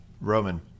Roman